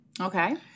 Okay